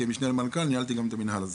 כמשנה למנכ"ל ניהלתי גם את המינהל הזה.